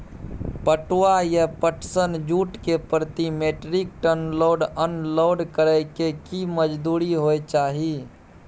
पटुआ या पटसन, जूट के प्रति metric ton load unload करै के की मजदूरी होय चाही?